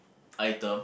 item